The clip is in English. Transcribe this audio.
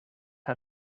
how